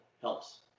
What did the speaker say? helps